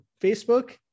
facebook